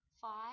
five